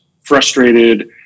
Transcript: frustrated